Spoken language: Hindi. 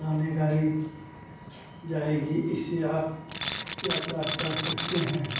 फ़लाने गाड़ी जाएगी इससे आप यात्रा कर सकते हैं